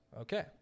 Okay